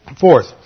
Fourth